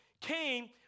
came